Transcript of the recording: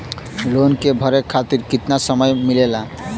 Loan के भरे खातिर कितना समय मिलेला?